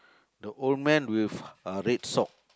the old man with a red sock